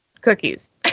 Cookies